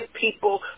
people